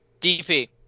DP